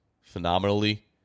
phenomenally –